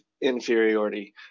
inferiority